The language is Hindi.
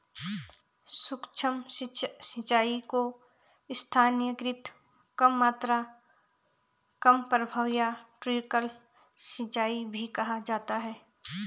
सूक्ष्म सिंचाई को स्थानीयकृत कम मात्रा कम प्रवाह या ट्रिकल सिंचाई भी कहा जाता है